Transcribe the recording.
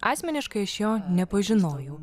asmeniškai aš jo nepažinojau